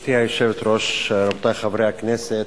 גברתי היושבת-ראש, רבותי חברי הכנסת,